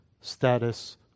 status